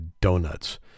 donuts